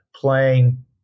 playing